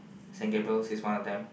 Saint-Gabriel is one of them